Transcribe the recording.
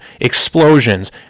Explosions